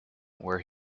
where